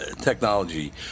technology